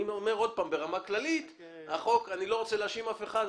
אני אומר שוב ברמה כללית שאני לא רוצה להאשים אף אחד.